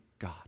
God